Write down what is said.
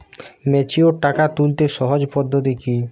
Mature টাকা তুলতে সহজ পদ্ধতি কি?